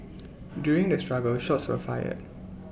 during the struggle shots were fired